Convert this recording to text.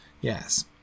yes